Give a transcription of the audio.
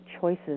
choices